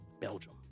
Belgium